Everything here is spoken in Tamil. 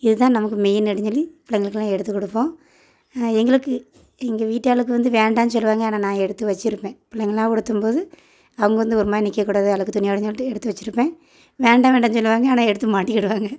இதுதான் நமக்கு மெயின் அப்படின் சொல்லி பிள்ளைங்களுக்கெலாம் எடுத்து கொடுப்போம் எங்களுக்கு எங்கள் வீட்டாளுக்கு வந்து வேண்டான்னு சொல்லுவாங்க ஆனால் நான் எடுத்து வச்சுருப்பேன் பிள்ளைங்கெலாம் உடுத்தும் போது அவங்க வந்து ஒரு மாதிரி நிற்க கூடாது அழுக்கு துணியோடுனு சொல்லிட்டு எடுத்து வச்சுருப்பேன் வேண்டாம் வேண்டாம் சொல்லுவாங்க ஆனால் எடுத்து மாட்டிக்கிடுவாங்க